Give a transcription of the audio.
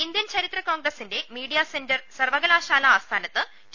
Indian ചരിത്ര കോൺഗ്രസിൻറെ media centre സർവകലാശാല ആസ്ഥാനത്ത് ടി